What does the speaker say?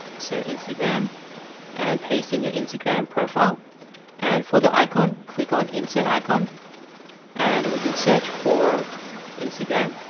so instagram and paste in your instagram profile and for the icon click on insert icon and we can search for instagram